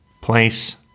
place